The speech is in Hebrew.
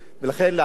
ולכן, לעתיד,